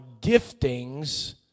giftings